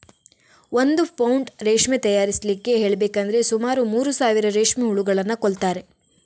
ಒಂದು ಪೌಂಡ್ ರೇಷ್ಮೆ ತಯಾರಿಸ್ಲಿಕ್ಕೆ ಹೇಳ್ಬೇಕಂದ್ರೆ ಸುಮಾರು ಮೂರು ಸಾವಿರ ರೇಷ್ಮೆ ಹುಳುಗಳನ್ನ ಕೊಲ್ತಾರೆ